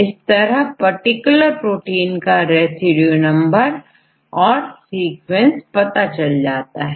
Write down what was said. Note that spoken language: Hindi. इस तरह प र्टिकुलर प्रोटीन का रेसिड्यू नंबर और सीक्वेंस पता चल जाता है